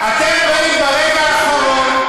אתם באים ברגע האחרון,